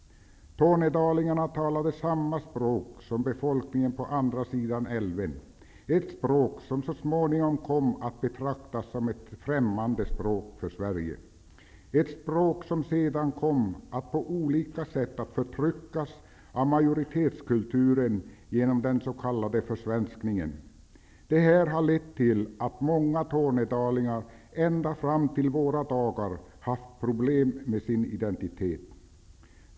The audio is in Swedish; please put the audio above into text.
Tornedalingarna talade samma språk som befolkningen på andra sidan älven, ett språk som så småningom kom att betraktas som ett främmande språk för Sverige. Det var ett språk som sedan kom att på olika sätt förtryckas av majoritetskulturen genom den s.k. försvenskningen. Detta har lett till att många tornedalingar ända fram till våra dagar haft problem med sin identitet.